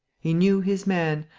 he knew his man,